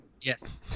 Yes